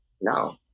no